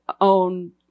own